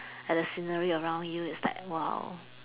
at the scenery around you it's like !wow!